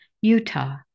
Utah